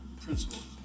principles